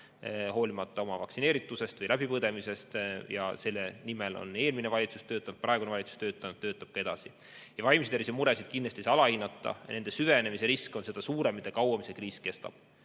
hoolimata oma vaktsineeritusest või läbipõdemisest. Selle nimel töötas eelmine valitsus, on praegune valitsus töötanud ja töötab ka edasi. Vaimse tervise muresid ei saa kindlasti alahinnata, nende süvenemise risk on seda suurem, mida kauem see kriis kestab.